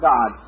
God